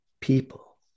people